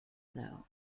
though